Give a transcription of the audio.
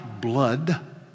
blood